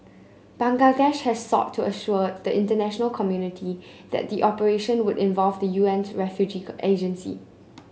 Bangladesh has sought to assure the international community that the operation would involve the U N's refugee agency